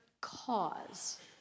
cause